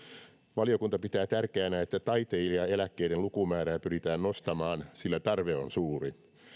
valiokunta pitää tärkeänä että taiteilijaeläkkeiden lukumäärää pyritään nostamaan sillä tarve on suuri